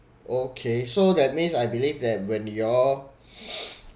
okay so that means I believe that when you all